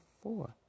four